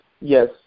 Yes